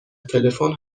تلفن